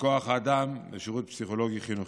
לכוח האדם בשירות הפסיכולוגי-החינוכי.